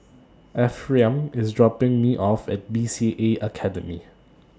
Ephriam IS dropping Me off At B C A Academy